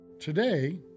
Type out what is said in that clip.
Today